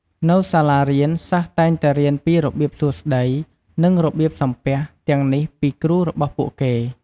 នៅសាលារៀន សិស្សតែងរៀនពីរបៀបសួស្ដី និងរបៀបសំពះទាំងនេះពីគ្រូរបស់ពួកគេ។